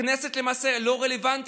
הכנסת למעשה לא רלוונטית.